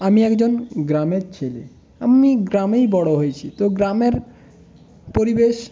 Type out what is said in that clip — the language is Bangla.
আমি একজন গ্রামের ছেলে আমি গ্রামেই বড়ো হয়েছি তো গ্রামের পরিবেশ